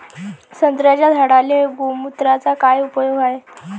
संत्र्याच्या झाडांले गोमूत्राचा काय उपयोग हाये?